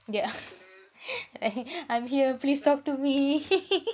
yeah I'm here please talk to me